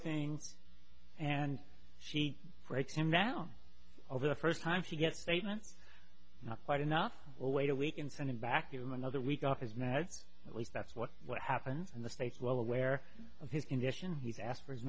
things and she breaks him down over the first time she gets statements not quite enough or wait a week and send him back to him another week off his meds at least that's what what happened in the states well aware of his condition he's asked for his